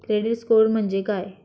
Credit score म्हणजे काय?